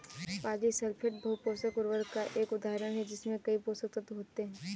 polysulphate बहु पोषक उर्वरक का एक उदाहरण है जिसमें कई पोषक तत्व होते हैं